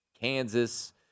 Kansas